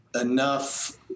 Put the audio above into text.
enough